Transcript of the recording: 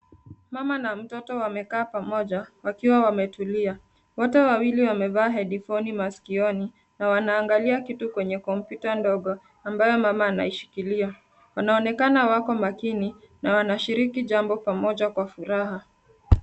Mama na mtoto wamekaa pamoja wakiwa wametulia. Wote wawili wamevaa hedifoni masikioni na wanaangalia kitu kwenye kompyuta ndogo ambayo mama anaishikilia. Wanaonekana wako makini na wanashiriki jambo pamoja kwa furaha.